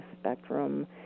spectrum